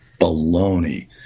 Baloney